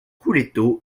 couleto